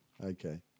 Okay